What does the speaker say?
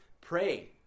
pray